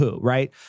right